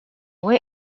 way